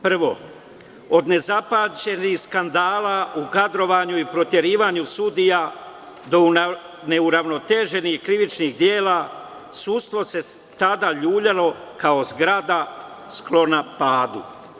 Prvo, od nezapamćenih skandala u kadrovanju i proterivanju sudija do neuravnoteženih krivičnih dela, sudstvo se tada ljuljalo kao zgrada sklona padu.